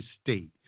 state